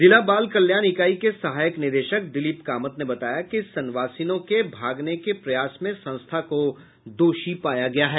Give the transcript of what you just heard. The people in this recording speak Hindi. जिला बाल कल्याण इकाई के सहायक निदेशक दिलीप कामत ने बताया कि संवासिनों के भागने के प्रयास में संस्था को दोषी पाया गया है